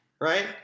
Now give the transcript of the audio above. Right